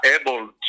able